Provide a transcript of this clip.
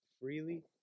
freely